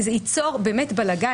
זה באמת ייצור בלגן.